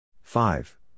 Five